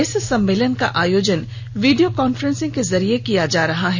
इस सम्मेलन का आयोजन वीडियो कांफ्रेंस के जरिये किया जा रहा है